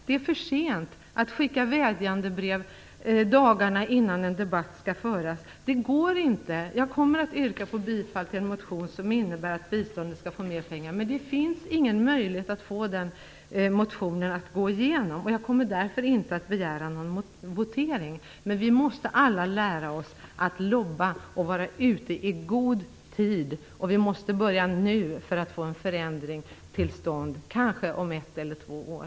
Det är för sent att skicka vädjandebrev dagarna innan en debatt skall föras. Det går inte. Jag kommer att yrka bifall till en motion som innebär att biståndet skall få mer pengar. Men det finns ingen möjlighet att få bifall till den motionen. Jag kommer därför inte att begära någon votering. Vi måste alla lära oss att "lobba" och vara ute i god tid. Vi måste börja nu för att få en förändring till stånd om kanske ett eller två år.